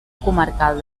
comarcal